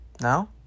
No